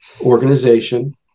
organization